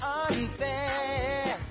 unfair